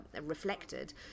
reflected